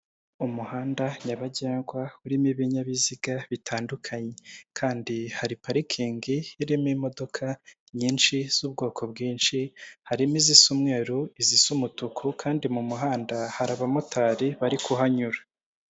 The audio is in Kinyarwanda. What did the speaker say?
Umuhanda nyabagendwa urimo ibinyabiziga bitandukanye, kandi hari parikingi irimo imodoka nyinshi z'ubwoko bwinshi, harimo iz'umweruru izisa umutuku kandi mu muhanda hari abamotari bari kuhanyura.